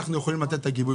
אנחנו יכולים לתת את הגיבוי,